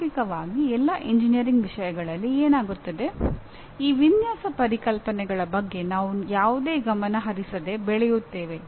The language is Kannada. ಪ್ರಾಯೋಗಿಕವಾಗಿ ಎಲ್ಲಾ ಎಂಜಿನಿಯರಿಂಗ್ ವಿಷಯಗಳಲ್ಲಿ ಏನಾಗುತ್ತದೆ ಈ ವಿನ್ಯಾಸ ಪರಿಕಲ್ಪನೆಗಳ ಬಗ್ಗೆ ನಾವು ಯಾವುದೇ ಗಮನ ಹರಿಸದೆ ಬೆಳೆಯುತ್ತೇವೆ